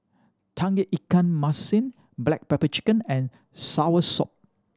Tauge Ikan Masin black pepper chicken and soursop